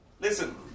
Listen